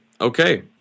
okay